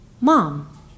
Mom